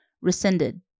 Rescinded